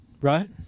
Right